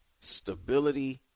stability